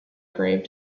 grave